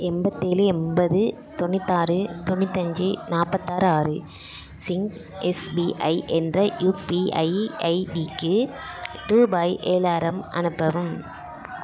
எண்பத்தேழு எண்பது தொண்ணூற்றாறு தொண்ணூற்றஞ்சி நாற்பத்தாறு ஆறு சிங் எஸ்பிஐ என்ற யூபிஐ ஐடிக்கு ரூபாய் ஏழாயிரம் அனுப்பவும்